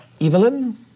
Evelyn